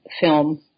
film